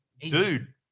Dude